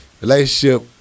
Relationship